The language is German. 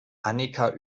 annika